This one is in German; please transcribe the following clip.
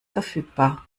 verfügbar